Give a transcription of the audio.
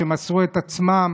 שמסרו את עצמם,